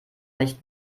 nicht